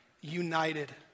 united